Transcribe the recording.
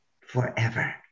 forever